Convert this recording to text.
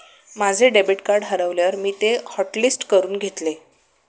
माझे debit card हरवल्यावर मी ते हॉटलिस्ट करून घेतले